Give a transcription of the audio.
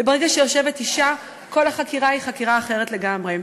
וברגע שיושבת אישה כל החקירה היא חקירה אחרת לגמרי.